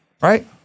Right